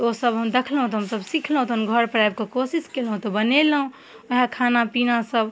ओसब हम देखलहुँ तऽ हमसभ सिखलहुँ तहन घरपर आबिकऽ कोशिश कएलहुँ तऽ बनेलहुँ वएह खानापिनासब